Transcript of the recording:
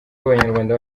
abanyarwanda